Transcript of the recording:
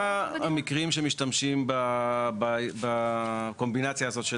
מה המקרים שבהם משתמשים בקומבינציה הזאת.